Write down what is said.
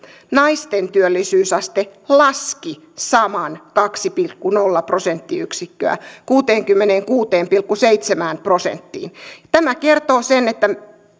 naisten työllisyysaste laski saman kaksi pilkku nolla prosenttiyksikköä kuuteenkymmeneenkuuteen pilkku seitsemään prosenttiin tämä kertoo sen